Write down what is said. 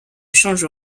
change